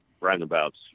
roundabouts